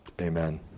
Amen